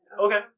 okay